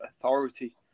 authority